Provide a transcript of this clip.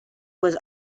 was